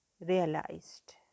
realized